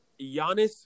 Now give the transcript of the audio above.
Giannis